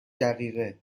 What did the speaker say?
دقیقه